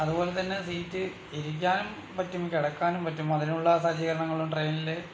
അതുപോലെ തന്നെ സീറ്റ് ഇരിക്കാനും പറ്റും കിടക്കാനും പറ്റും അതിനുള്ള സജ്ജീകരണങ്ങൾ ട്രെയിനിൽ